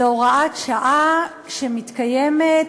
זו הוראת שעה שמתקיימת,